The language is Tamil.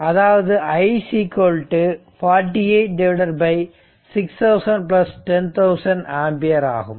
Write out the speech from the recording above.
அதாவது i 48 600010000 ஆம்பியர் ஆகும்